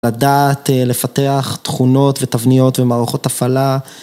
לדעת, לפתח תכונות ותבניות ומערכות הפעלה.